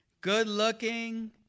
good-looking